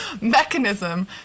mechanism